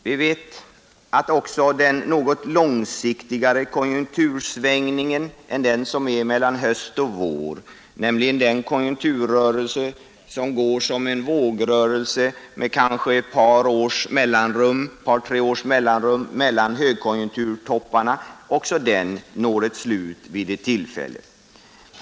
Vi vet att också den något långsiktigare konjunktursvängning än den som är mellan höst och vår, nämligen den konjunkturrörelse som går som en vågrörelse med kanske ett par tre års mellanrum mellan högkonjunkturtopparna, når ett slut vid ett tillfälle.